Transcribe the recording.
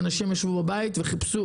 אנשים ישבו בבית ולא עבדו,